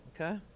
Okay